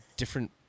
different